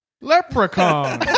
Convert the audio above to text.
Leprechaun